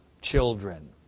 children